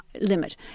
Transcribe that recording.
limit